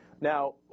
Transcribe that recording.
Now